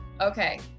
okay